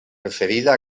referida